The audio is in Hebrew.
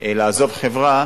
לעזוב חברה,